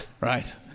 right